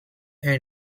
and